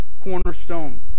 cornerstone